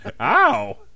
Ow